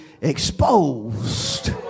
exposed